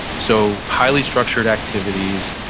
so highly structured activities.